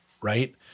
right